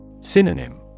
Synonym